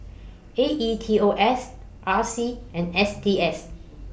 A E T O S R C and S T S